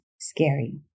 scary